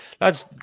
lads